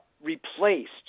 replaced